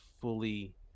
fully